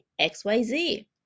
xyz